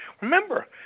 Remember